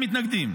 והם מתנגדים.